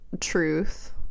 truth